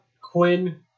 Quinn